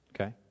okay